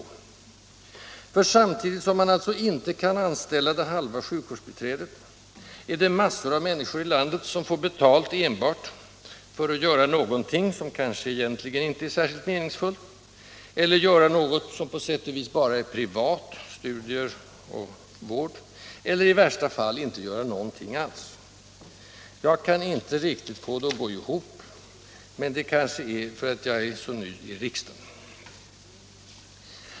För samtidigt som man alltså inte kan anställa det halva sjukvårdsbiträdet är det massor av människor i landet som får betalt enbart för att göra någonting som kanske egentligen inte är särskilt meningsfullt, eller göra något som på sätt och vis bara är ”privat” — studier, vård — eller i värsta fall inte göra någonting alls. Jag kan inte riktigt få det att gå ihop. Men det är kanske för att jag är så ny i riksdagen.